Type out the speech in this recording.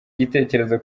igitekerezo